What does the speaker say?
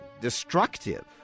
destructive